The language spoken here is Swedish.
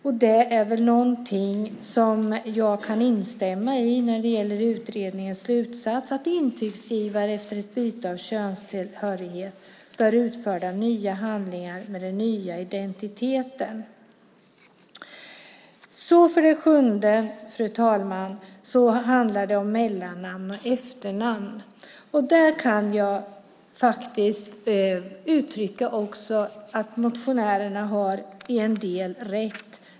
Och jag kan instämma i utredningens slutsats att intygsgivare efter ett byte av könstillhörighet bör utfärda nya handlingar med den nya identiteten. För det sjunde, fru talman, handlar det om mellannamn och efternamn. Där kan jag faktiskt till en del ge motionärerna rätt.